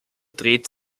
dreht